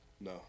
No